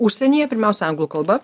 užsienyje pirmiausia anglų kalba